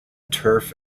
turf